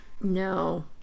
No